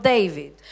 David